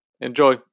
Enjoy